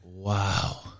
Wow